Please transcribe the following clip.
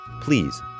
Please